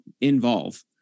involve